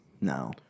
No